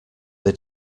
they